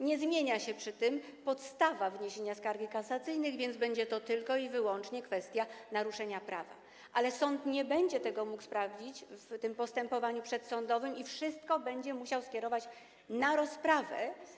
Nie zmienia się przy tym podstawa wniesienia skargi kasacyjnej, więc będzie to tylko i wyłącznie kwestia naruszenia prawa, ale sąd nie będzie tego mógł sprawdzić w tym postępowaniu przedsądowym i wszystko będzie musiał skierować na rozprawę.